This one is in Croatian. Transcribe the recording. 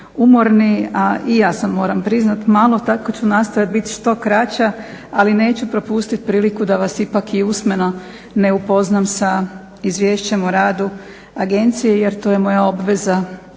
umorni, a i ja sam moram priznati malo tako da ću nastojati biti što kraća, ali neću propustiti priliku da vas ipak i usmeno ne upoznam sa Izvješćem o radu agencije jer to je moja obveza